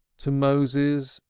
to moses,